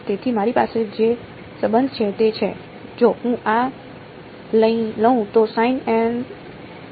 તેથી મારી પાસે જે સંબંધ છે તે છે જો હું આ લઉં તો અને